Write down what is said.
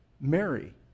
Mary